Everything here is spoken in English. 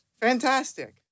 Fantastic